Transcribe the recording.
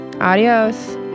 adios